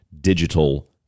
digital